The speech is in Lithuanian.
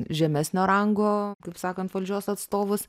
žemesnio rango kaip sakant valdžios atstovus